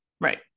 right